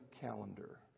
calendar